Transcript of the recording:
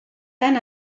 tan